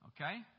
Okay